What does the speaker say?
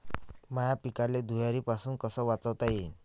माह्या पिकाले धुयारीपासुन कस वाचवता येईन?